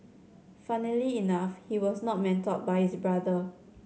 funnily enough he was not mentored by his brother